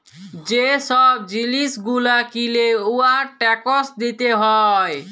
যে ছব জিলিস গুলা কিলে উয়ার ট্যাকস দিতে হ্যয়